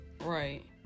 Right